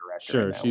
sure